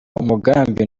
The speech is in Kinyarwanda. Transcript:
umugambi